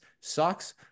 socks